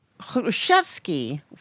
Khrushchevsky